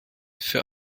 für